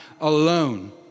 alone